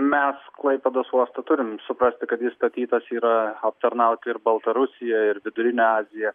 mes klaipėdos uostą turim suprasti kad jis statytas yra aptarnauti ir baltarusiją ir vidurinę aziją